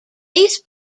these